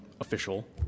official